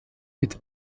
mit